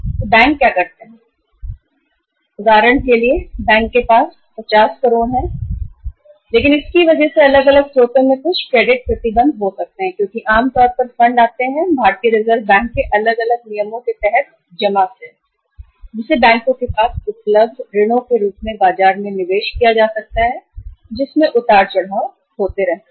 तो बैंक क्या करते हैं उदाहरण के लिए बैंक के पास 50 करोड़ हैं लेकिन इसकी वजह से अलग अलग स्रोतों से कुछ क्रेडिट प्रतिबंध हो सकते हैं क्योंकि आम तौर पर फंड आते हैं भारतीय रिजर्व बैंक के अलग अलग नियमों के तहत जमा से बैंक शायद उस फंड को कहते हैं बैंकों के पास उपलब्ध ऋणों के रूप में बाजार में निवेश किया जा सकता है जो उतार चढ़ाव को कहते रहते हैं